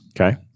Okay